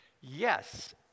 yes